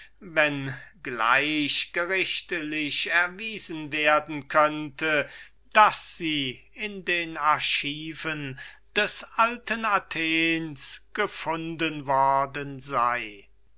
wenn es gleich gerichtlich erwiesen wäre daß sie in den archiven des alten athens gefunden worden sei